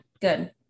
good